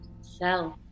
self